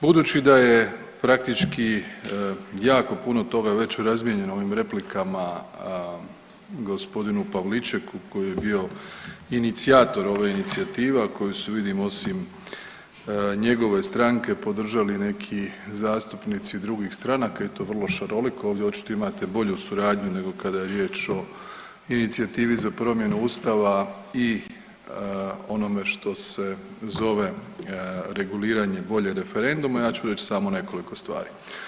Budući da je praktički jako puno toga je već razmijenjeno u ovim replikama g. Pavličeku koji je bio inicijator ove inicijative, a koju su vidim osim njegove stranke podržali i neki zastupnici drugih stranaka i to vrlo šaroliko, ovdje očito imate bolju suradnju nego kada je riječ o inicijativi za promjenu ustava i onome što se zove reguliranje volje referenduma, ja ću reć samo nekoliko stvari.